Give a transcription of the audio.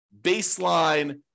baseline